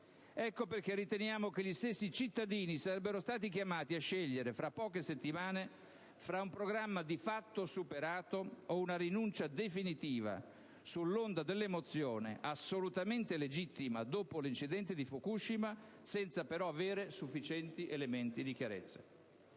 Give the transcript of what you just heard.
Ecco perché riteniamo che gli stessi cittadini sarebbero stati chiamati a scegliere fra poche settimane fra un programma di fatto superato o una rinuncia definitiva sull'onda dell'emozione, assolutamente legittima dopo l'incidente di Fukushima, senza avere sufficienti elementi di chiarezza.